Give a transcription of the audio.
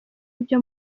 ibyo